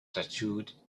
tattooed